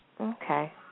Okay